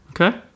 Okay